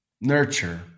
Nurture